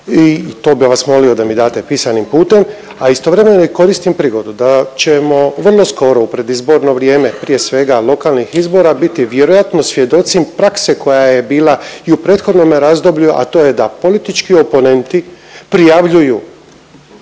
to bi vas molio da mi date pisanim putem? A istovremeno i koristim prigodu da ćemo vrlo skoro u predizborno vrijeme, prije svega lokalnih izbora biti vjerojatno svjedoci prakse koja je bila i u prethodnome razdoblju, a to je da politički oponenti prijavljuju